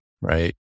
right